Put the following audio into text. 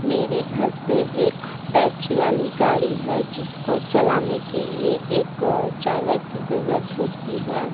मेरे घर पर एक बैटरी वाली गाड़ी है जिसको चलाने के लिए एक ड्राईवर की ज़रूरत होती है